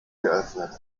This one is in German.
geöffnet